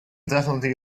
definitely